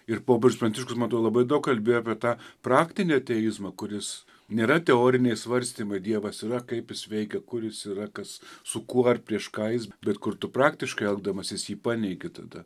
ir popiežius pranciškus man atrodo labai daug kalbėjo apie tą praktinį ateizmą kuris nėra teoriniai svarstymai dievas yra kaip jis veikia kur jis yra kas su kuo ar prieš ką jis bet kur tu praktiškai elgdamasis jį paneigi tada